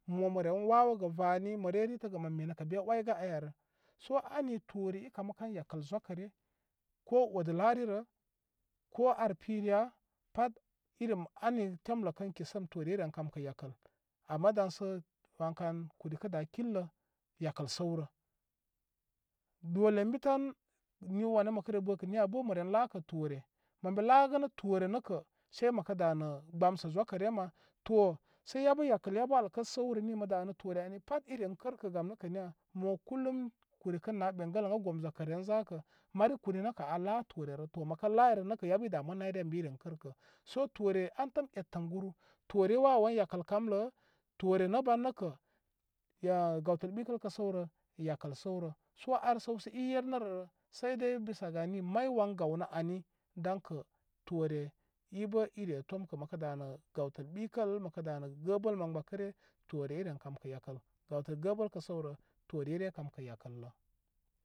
Mo mə ren wawogə vaani mə ryə ritəgə mə mene kə' be 'wai gə' aya rə. Sə ani toore i kamə kan yakəl zwakə ryə, ko odə laavi rə, ko ar pirəya, patirim ani temlə kə kisəm toore i ren kamkə' akəl. ama dan sə wan kan, kuri kə' dabar kilə yakal səw rə. Dole an bi tan, nii wanu mə kə ryə bə ka' niya bə' mə ren laakə toore. Mən be laagənə toore nə' kə' sai mə kə danə gbamsə zwakə ryə ma. To, sə yabo yakəl yabə al kə sə rə, nii mə danə toore ani pat i ren kərkə gam nə' kə' niya? Mo kulum kuri kə naa peŋgəleŋa gom zwakə ren zakə. Mari kuri nə kə aa laa toore rə, to mə layrə nə' kə' yabə i da'a' man nayryə an bə i ren kərkə. Sə toore, antəm etəm guru, toore i wawowan yakəl kamlə', toore nə' ban nə kə' aa' gawtəl bikəl kə səwrə, yakəl səwrə. Sə ar səw sə i yer nərə rə sai dai bisa gani may wan gawnə ani daŋ kə toore i bə i ryə tomkə. Mə kə' danə' gawtəl bikəl, məkə' danə gəəbəl man gbakə ryə, toore i ren kamkə' yakəl. Gawtəl gəəbəl kə səw rə, toore i ryə kamio yakələ.